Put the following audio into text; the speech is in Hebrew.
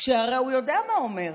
הרי הוא יודע מה הוא אומר.